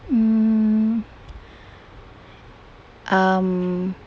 mm um